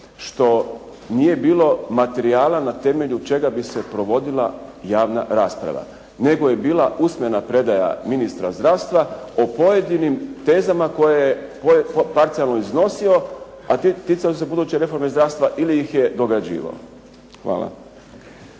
što nije bilo materijala na temelju čega bi se provodila javna rasprava. Nego je bila usmena predaja ministra zdravstva o pojedinim tezama koje je parcijalno iznosio a ticalo se buduće reforme zdravstva ili ih je dograđivao. Hvala.